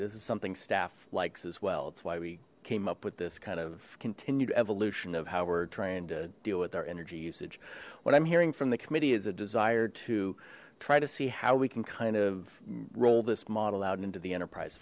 this is something staff likes as well it's why we came up with this kind of continued evolution of how we're trying to deal with our energy usage what i'm hearing from the committee is a desire to try to see how we can kind of roll this model out into the enterprise